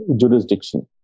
jurisdiction